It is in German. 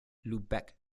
lübeck